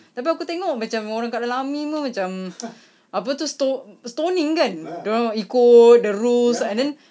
tapi aku tengok macam orang kat dalam army pun macam apa tu ston~ stoning kan dia orang ikut the rules and then